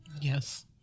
Yes